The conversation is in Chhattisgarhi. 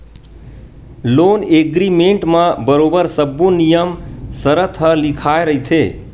लोन एग्रीमेंट म बरोबर सब्बो नियम सरत ह लिखाए रहिथे